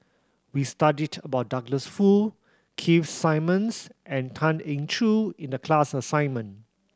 we studied about Douglas Foo Keith Simmons and Tan Eng Joo in the class assignment